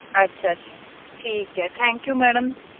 ਅੱਛਾ ਜੀ ਠੀਕ ਹੈ ਥੈਂਕ ਯੂ ਮੈਡਮ